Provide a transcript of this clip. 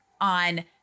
on